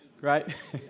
right